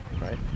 right